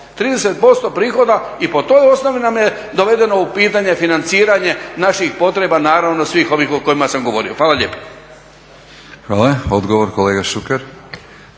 30% prihoda i po toj osnovi nam je dovedeno u pitanje financiranje naših potreba, naravno svih ovih o kojima sam govorio. Hvala lijepo. **Batinić, Milorad